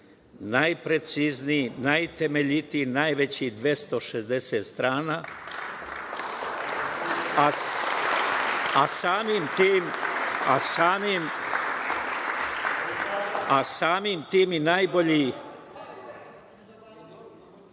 najprecizniji, najtemeljitiji, najveći, 260 strana, a samim tim, i najbolji